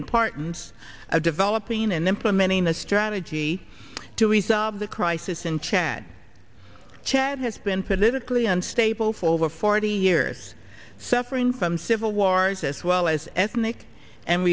importance of developing and implementing a strategy to resolve the crisis in chad chad has been politically unstable for over forty years suffering from civil wars as well as ethnic and